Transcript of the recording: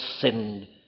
sinned